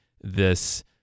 this-